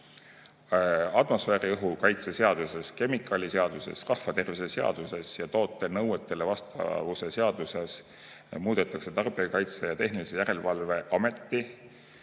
Terviseamet. Atmosfääriõhu kaitse seaduses, kemikaaliseaduses, rahvatervise seaduses ja toote nõuetele vastavuse seaduses muudetakse Tarbijakaitse ja Tehnilise Järelevalve Ameti